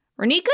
Renika